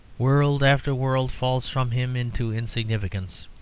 world after world falls from him into insignificance